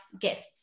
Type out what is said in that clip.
Gifts